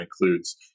includes